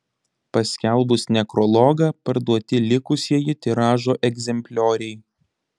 paskelbus nekrologą parduoti likusieji tiražo egzemplioriai